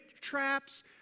traps